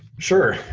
sure,